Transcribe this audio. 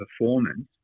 performance